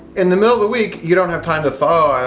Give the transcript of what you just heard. in the middle of the week, you don't have time to thaw.